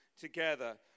together